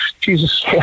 Jesus